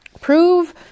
Prove